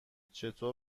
چطور